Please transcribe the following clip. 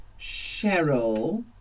Cheryl